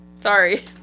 Sorry